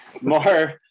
more